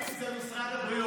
אחד הבלמים זה משרד הבריאות.